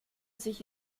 sich